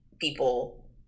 people